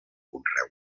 conreu